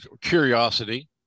curiosity